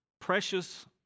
precious